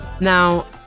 Now